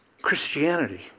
Christianity